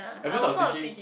at first I was thinking